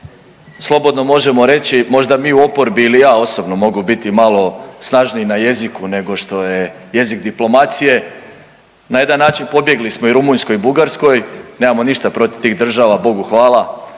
slobodno možemo reći možda mi u oporbi ili ja osobno mogu biti malo snažniji na jeziku nego što je jezik diplomacije, na jedan način pobjegli smo i Rumunjskoj i Bugarskoj, nemamo ništa protiv tih država, Bogu hvala,